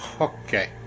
Okay